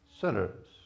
sinners